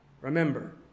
Remember